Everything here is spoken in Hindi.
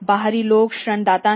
बाहरी लोग ऋणदाता हैं